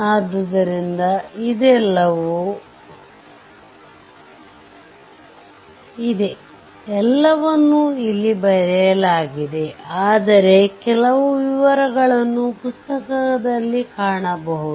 ಆದ್ದರಿಂದ ಇದೆಲ್ಲವೂ ಇದೆ ಎಲ್ಲವನ್ನೂ ಇಲ್ಲಿ ಬರೆಯಲಾಗಿದೆ ಆದರೆ ಕೆಲವು ವಿವರಗಳನ್ನು ಪುಸ್ತಕದಲ್ಲಿ ಕಾಣಬಹುದು